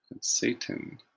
Satan